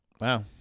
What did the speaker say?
Wow